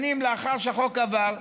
שנים לאחר שהחוק עבר,